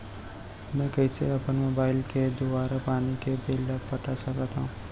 मैं कइसे अपन मोबाइल के दुवारा पानी के बिल ल पटा सकथव?